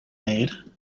maid